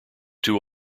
two